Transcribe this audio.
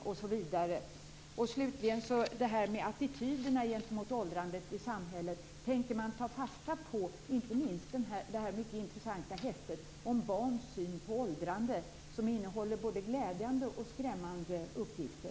Vad gäller attityderna i samhället gentemot åldrande undrar jag om regeringen tänker ta fasta på det mycket intressanta häftet om barns syn på åldrande, som innehåller både glädjande och skrämmande uppgifter.